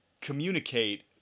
communicate